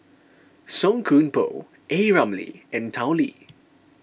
Song Koon Poh A Ramli and Tao Li